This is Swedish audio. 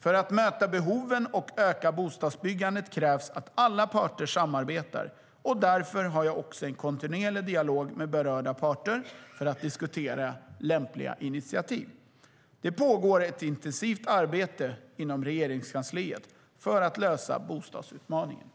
För att möta behoven och öka bostadsbyggandet krävs det att alla parter samarbetar. Därför har jag också en kontinuerlig dialog med berörda parter för att diskutera lämpliga initiativ. Det pågår ett intensivt arbete inom Regeringskansliet för att lösa bostadsutmaningen.